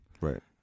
right